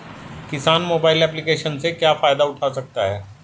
किसान mobile application से क्या फायदा उठा सकता है?